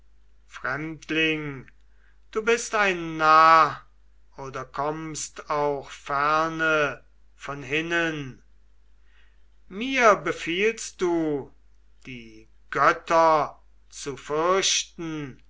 du bist ein narr oder kommst auch ferne von hinnen mir befiehlst du die götter zu